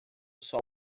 sol